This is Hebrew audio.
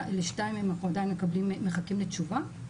לשניים מהם אנחנו עדיין מחכים לתשובה.